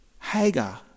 Hagar